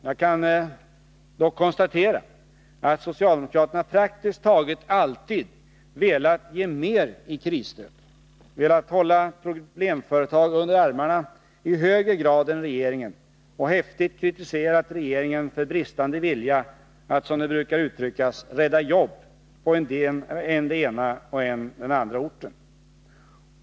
Jag kan dock konstatera att socialdemokraterna praktiskt taget alltid velat ge mer i krisstöd, velat hålla problemföretag under armarna i högre grad än regeringen och häftigt kritiserat regeringen för bristande vilja att, som det brukar uttryckas, ”rädda jobb” på än den ena, än den andra orten.